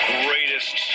greatest